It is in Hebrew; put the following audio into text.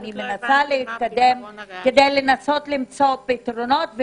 אנחנו רוצים להתקדם כדי למצוא פתרונות.